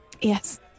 Yes